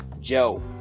Joe